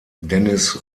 dennis